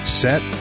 set